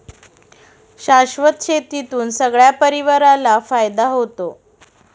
शाश्वत शेतीतून सगळ्या परिवाराला फायदा होतो